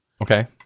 Okay